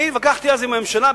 התווכחתי אז עם הממשלה,